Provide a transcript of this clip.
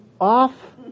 off